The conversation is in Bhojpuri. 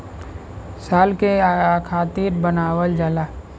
साल के खातिर बनावल जाला